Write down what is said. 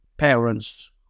parents